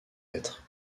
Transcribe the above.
êtres